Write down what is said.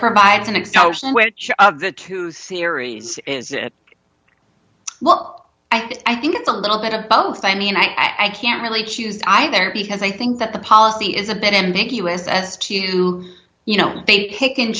provides an extension which of the two series is it well i think it's a little bit of both i mean i can't really choose either because i think that the policy is a bit ambiguous as to you know they pick and